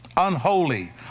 Unholy